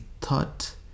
thought